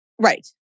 Right